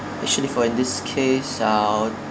actually for in this case I'll